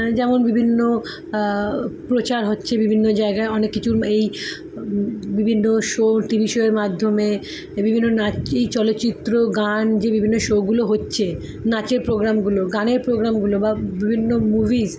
যেমন বিভিন্ন প্রচার হচ্ছে বিভিন্ন জায়গায় অনেক কিছু এই বিভিন্ন শো টিভি শো এর মাধ্যমে এই বিভিন্ন নাচ এই চলচ্চিত্র গান যে বিভিন্ন শোগুলো হচ্ছে নাচের পোগ্রামগুলো গানের পোগ্রামগুলো বা বিভিন্ন মুভিজ